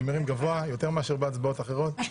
אני מרים גבוה, יותר מאשר בהצבעות אחרות.